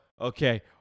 Okay